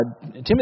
Timothy